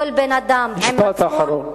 כל בן-אדם עם מצפון, משפט אחרון.